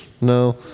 No